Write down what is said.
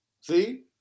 see